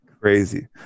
crazy